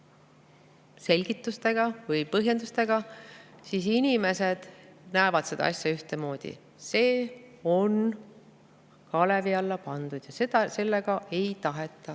selgituste või põhjendustega, inimesed näevad seda asja ikka ühtemoodi: see on kalevi alla pandud ja sellega ei taheta